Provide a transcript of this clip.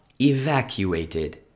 evacuated